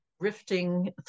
drifting